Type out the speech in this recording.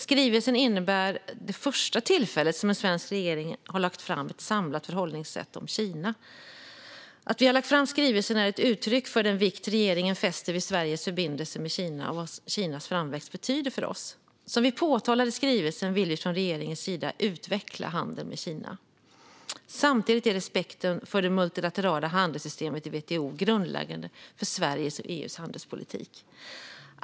Skrivelsen utgör det första tillfälle då en svensk regering har lagt fram ett samlat förhållningssätt i fråga om Kina. Att vi har lagt fram skrivelsen är ett uttryck för den vikt regeringen fäster vid Sveriges förbindelser med Kina och vad Kinas framväxt betyder för oss. Som vi påpekar i skrivelsen vill vi från regeringens sida utveckla handeln med Kina. Samtidigt är respekten för det multilaterala handelssystemet i WTO grundläggande för Sveriges och EU:s handelspolitik.